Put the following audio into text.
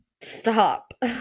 stop